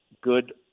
good